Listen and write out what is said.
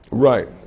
Right